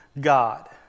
God